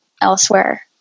elsewhere